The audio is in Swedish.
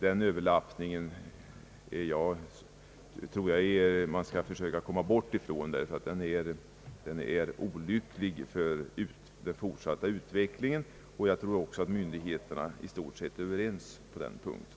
Den överlappningen tror jag att vi skall försöka komma ifrån, ty den är olycklig för den fortsatta utvecklingen. Jag tror också att myndigheterna i stort sett är överens på den punkten.